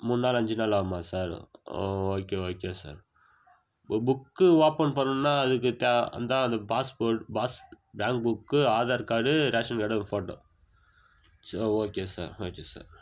மூணு நாள் அஞ்சு நாள் ஆகுமா sir oh okay okay sir ஒரு புக்கு ஓப்பன் பண்ணும்னா அதுக்கு தேவை அந்தான் அது passport pass bank book Aadhaar card ration card ஒரு ஃபோட்டோ சரி ஓகே சார் ஓகே சார்